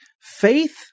faith